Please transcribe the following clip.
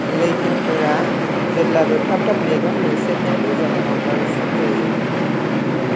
लैखोनफ्रा जेब्लाबो थाब थाब मेगन मेसेबनायानि जाहोनाव गाज्रिसिन जायो